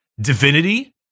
divinity